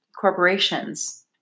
corporations